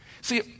See